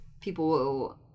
people